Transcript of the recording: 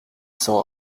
cent